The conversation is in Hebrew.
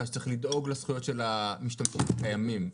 שצריך לדאוג לזכויות של המשתמשים הקיימים,